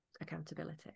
accountability